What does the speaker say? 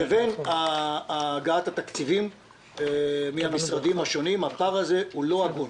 לבין הגעת התקציבים מן המשרדים השונים הפער הזה הוא לא הגון.